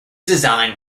designed